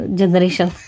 generation